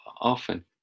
often